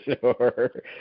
sure